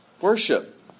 worship